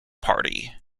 party